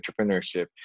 entrepreneurship